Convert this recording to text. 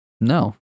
No